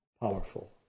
powerful